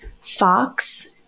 fox